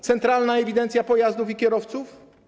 Centralna Ewidencja Pojazdów i Kierowców?